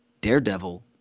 daredevil